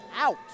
out